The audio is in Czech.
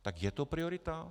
Tak je to priorita?